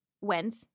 went